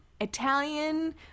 Italian